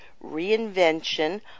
reinvention